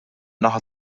naħa